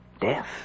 Death